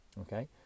okay